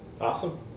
Awesome